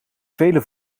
vele